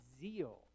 zeal